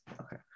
Okay